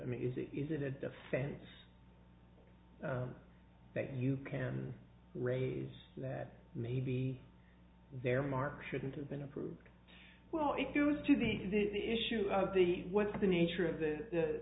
me is it is it a defense that you can raise that maybe their mark shouldn't have been approved well if used to the issue of the what's the nature of the